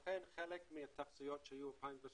לכן חלק מהתחזיות שהיו ב-2013,